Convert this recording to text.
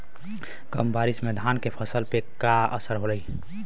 कम बारिश में धान के फसल पे का असर होई?